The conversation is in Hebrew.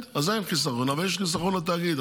אז אין חיסכון, אבל יש חיסכון לתאגיד.